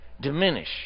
diminish